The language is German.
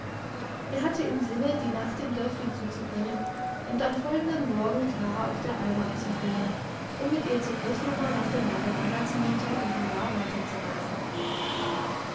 er hatte im sinne die nacht im dörfli zuzubringen und am folgenden morgen klara auf der alm abzuholen um mit ihr zur großmama nach dem bade ragaz hinunter und von da